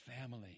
family